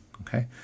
Okay